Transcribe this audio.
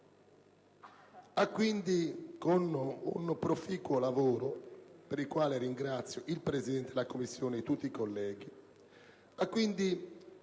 Balboni, con un proficuo lavoro, per il quale ringrazio il Presidente della Commmissione e tutti i colleghi,